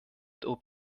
zob